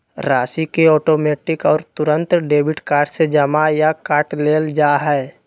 राशि के ऑटोमैटिक और तुरंत डेबिट कार्ड से जमा या काट लेल जा हइ